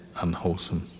unwholesome